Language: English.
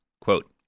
Quote